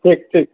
ٹھیک ٹھیک